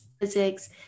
physics